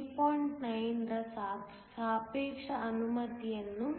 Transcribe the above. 9 ರ ಸಾಪೇಕ್ಷ ಅನುಮತಿಯನ್ನು